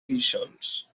guíxols